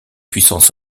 puissances